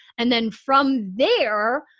and then from there,